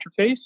interface